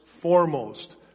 foremost